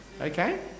Okay